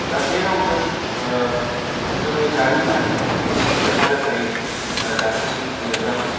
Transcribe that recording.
दा बे रावजों जोंनि जारिमिना रोखा रोखायै दासिम लिरजाबाय